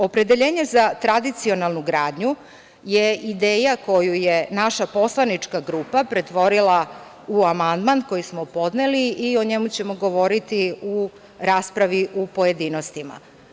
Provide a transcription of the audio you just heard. Opredeljenje za tradicionalnu gradnju je ideja koju je naša poslanička grupa pretvorila u amandman koji smo podneli i o njemu ćemo govoriti u raspravi u pojedinostima.